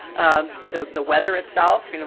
um the the weather itself, you know